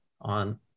on